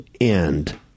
end